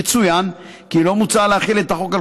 יצוין כי לא מוצע להחיל את החוק על